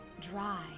dry